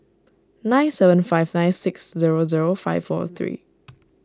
nine seven five nine six zero zero five four three